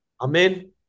Amen